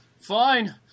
fine